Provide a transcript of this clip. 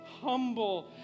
humble